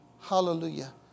Hallelujah